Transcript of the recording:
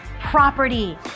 property